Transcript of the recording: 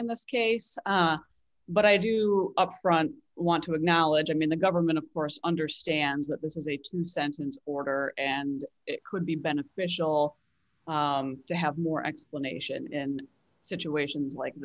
in this case but i do upfront want to acknowledge i mean the government of course understands that this is a two sentence order and it could be beneficial to have more explanation in situations like